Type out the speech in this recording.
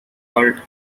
cult